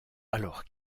alors